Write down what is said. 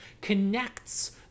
connects